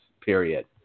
period